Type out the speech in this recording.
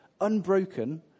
unbroken